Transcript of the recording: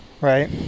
right